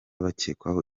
bakekwaho